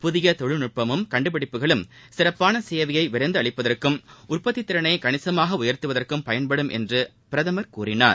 புதிய தொழில் நுட்பமும் கண்டுபிடிப்புகளும் சிறப்பாள சேவையை விரைந்து அளிப்பதற்கும் உற்பத்தி திறனை கணிசமாக உயர்த்துவதற்கும் பயன்படும் என்று அவர் கூறினார்